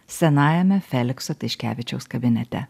senajame felikso tiškevičiaus kabinete